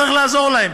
צריך לעזור להן.